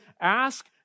ask